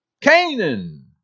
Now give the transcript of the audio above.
Canaan